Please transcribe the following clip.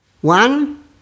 One